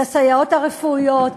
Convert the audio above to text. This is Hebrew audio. לסייעות הרפואיות.